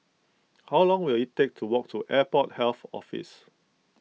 how long will it take to walk to Airport Health Office